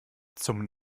zum